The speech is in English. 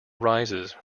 rises